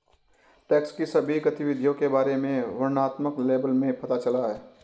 tax की सभी गतिविधियों के बारे में वर्णनात्मक लेबल में पता चला है